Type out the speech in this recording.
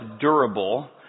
durable